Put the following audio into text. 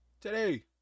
Today